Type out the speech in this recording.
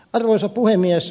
arvoisa puhemies